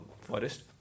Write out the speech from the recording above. forest